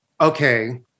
okay